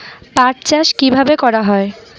পাট চাষ কীভাবে করা হয়?